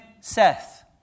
Seth